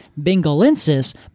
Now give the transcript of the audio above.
bengalensis